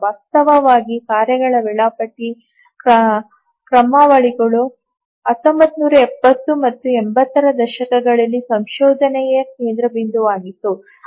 ವಾಸ್ತವವಾಗಿ ಕಾರ್ಯಗಳ ವೇಳಾಪಟ್ಟಿ ಕ್ರಮಾವಳಿಗಳು 1970 ಮತ್ತು 80 ರ ದಶಕಗಳಲ್ಲಿ ಸಂಶೋಧನೆಯ ಕೇಂದ್ರಬಿಂದುವಾಗಿತ್ತು